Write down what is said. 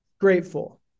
grateful